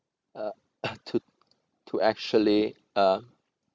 uh to to actually uh